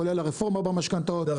כולל הרפורמה במשכנתאות.